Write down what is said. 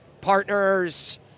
partners